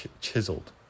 chiseled